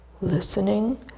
Listening